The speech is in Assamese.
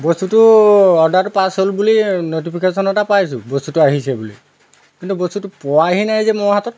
বস্তুটো অৰ্ডাৰটো পাছ হ'ল বুলি নটিফিকেশ্যন এটা পাইছোঁ বস্তুটো আহিছে বুলি কিন্তু বস্তুটো পোৱাহি নাই যে মোৰ হাতত